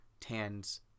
tans